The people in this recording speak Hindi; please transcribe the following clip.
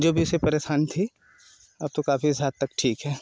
जो भी उसे परेशानी थी अब तो काफी साथ तक ठीक है